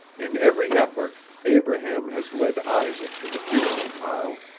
in every epoch abraham has led isaac to the funeral pile.